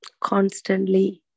constantly